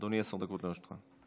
אדוני, עשר דקות לרשותך.